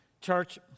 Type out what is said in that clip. Church